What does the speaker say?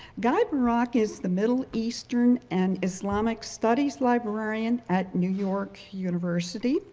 guy burak is the middle eastern and islamic studies librarian at new york university,